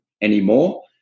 anymore